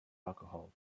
alcohol